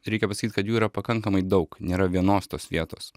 reikia pasakyt kad jų yra pakankamai daug nėra vienos tos vietos